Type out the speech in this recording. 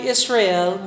Israel